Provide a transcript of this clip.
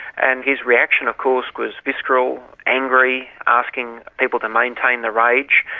and his reaction of course was visceral, angry, asking people to maintain the rage.